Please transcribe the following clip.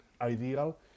ideal